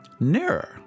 Nearer